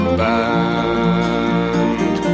band